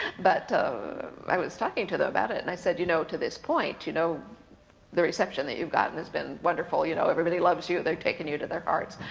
but i was talking to them about it, and i said, you know to this point, you know the reception that you've gotten has been wonderful, you know everybody loves you, they've taken you to their hearts,